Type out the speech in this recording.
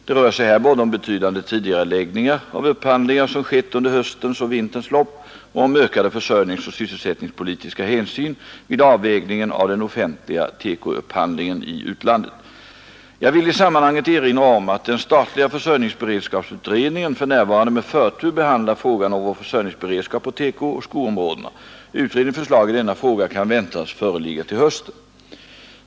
Det rör sig här både om betydande tidigareläggningar av upphandlingar som skett under höstens och vinterns lopp och om ökade försörjningsoch sysselsättningspolitiska hänsyn vid avvägningen av den offentliga TEKO-upphandlingen i utlandet. Jag vill i sammanhanget erinra om att den statliga försörjningsberedskapsutredningen för närvarande med förtur behandlar frågan om vår försörjningsberedskap på TEKO och skoområdena. Utredningens förslag i denna fråga kan väntas föreligga till hösten.